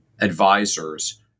advisors